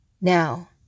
Now